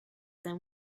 them